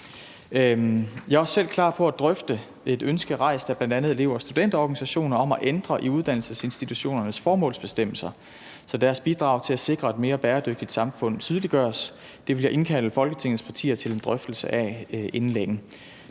Jeg er også selv klar til at drøfte et ønske rejst af bl.a. elev- og studenterorganisationer om at ændre i uddannelsesinstitutionernes formålsbestemmelser, så deres bidrag til at sikre et mere bæredygtigt samfund tydeliggøres. Det vil jeg indkalde Folketingets partier til en drøftelse af inden